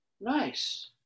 Nice